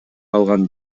алган